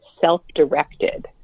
self-directed